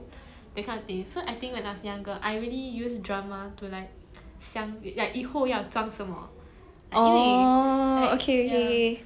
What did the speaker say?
orh okay okay okay